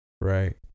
Right